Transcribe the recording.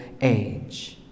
age